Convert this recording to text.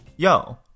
Yo